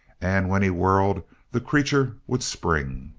and when he whirled the creature would spring.